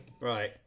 Right